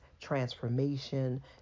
transformation